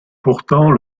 pourtant